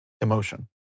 emotion